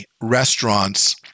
restaurants